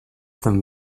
than